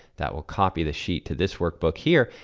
that will copy the sheet to this workbook here,